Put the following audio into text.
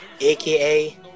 aka